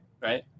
right